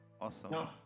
Awesome